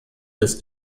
des